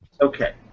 Okay